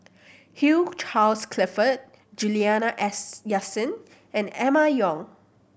Hugh Charles Clifford Juliana as Yasin and Emma Yong